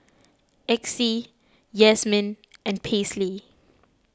Exie Yazmin and Paisley